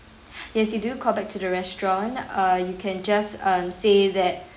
yes you do call back to the restaurant uh you can just um say that